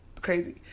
crazy